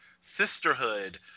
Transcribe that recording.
sisterhood